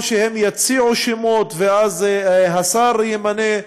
או שהם יציעו שמות ואז השר ימנה.